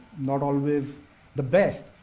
not always the best.